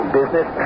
business